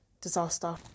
disaster